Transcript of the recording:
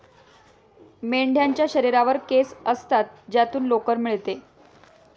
मेंढ्यांच्या शरीरावर केस असतात ज्यातून लोकर मिळते